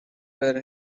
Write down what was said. were